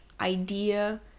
idea